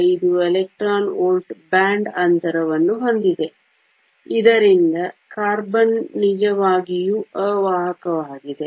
5 eV band ಅಂತರವನ್ನು ಹೊಂದಿದೆ ಇದರಿಂದ ಕಾರ್ಬನ್ ನಿಜವಾಗಿಯೂ ಅವಾಹಕವಾಗಿದೆ